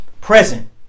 present